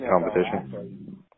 competition